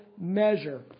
measure